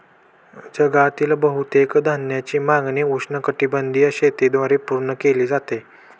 जगातील बहुतेक धान्याची मागणी उष्णकटिबंधीय शेतीद्वारे पूर्ण केली जाते